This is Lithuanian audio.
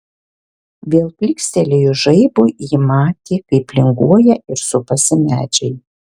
vėl plykstelėjus žaibui ji matė kaip linguoja ir supasi medžiai